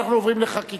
אנחנו עוברים לחקיקה,